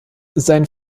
sein